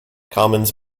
commons